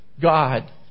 God